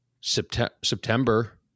September